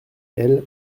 elle